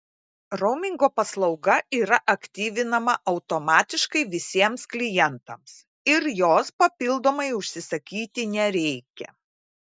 raumingo paslauga yra aktyvinama automatiškai visiems klientams ir jos papildomai užsisakyti nereikia